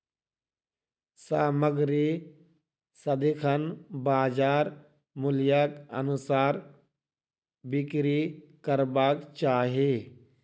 सामग्री सदिखन बजार मूल्यक अनुसार बिक्री करबाक चाही